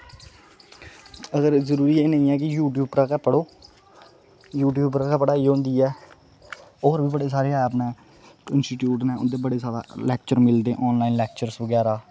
अगर जरूरी ऐ नेईं ऐ कि यूट्यूब उप्परा गै पढ़ो यूट्यूब उप्परा गै पढ़ाई होंदी ऐ होर बी बड़े सारे ऐप न इंसीट्यूट न उं'दे बड़े जादा लैक्चर मिलदे आनलाइन लैक्चरस बगैरा